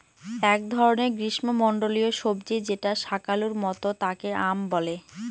এক ধরনের গ্রীস্মমন্ডলীয় সবজি যেটা শাকালুর মত তাকে য়াম বলে